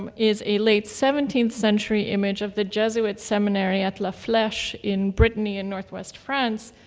um is a late seventeenth century image of the jesuit seminary at la fleche in brittany in northwest france,